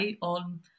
on